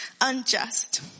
Unjust